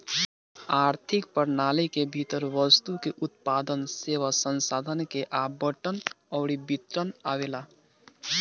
आर्थिक प्रणाली के भीतर वस्तु के उत्पादन, सेवा, संसाधन के आवंटन अउरी वितरण आवेला